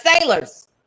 sailors